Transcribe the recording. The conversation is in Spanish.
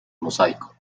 mosaico